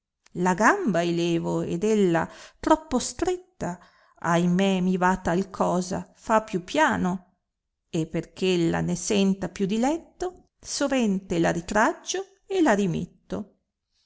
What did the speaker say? la gamba i levo ed ella troppo stretta ahimè mi va tal cosa fa più piano e perch ella ne senta più diletto sovente la ritraggio e la rimetto